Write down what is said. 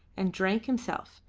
and drank himself,